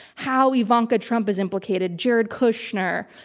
how ivanka trump is implicated, jared kushner,